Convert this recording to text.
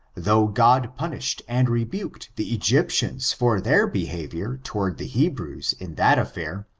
though god punished and rebuked the egyp tians for their behavior toward the hebrews in that affair,